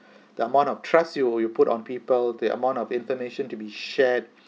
the amount of trust you you put on people the amount of information to be shared